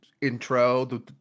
intro